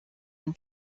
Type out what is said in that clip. and